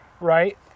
right